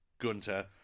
gunter